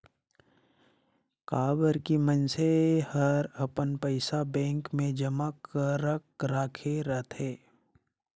काबर की मइनसे हर अपन पइसा बेंक मे जमा करक राखे रथे